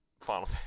final